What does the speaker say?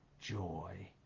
joy